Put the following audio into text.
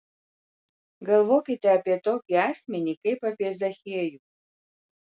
galvokite apie tokį asmenį kaip apie zachiejų